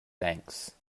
thanks